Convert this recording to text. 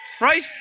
right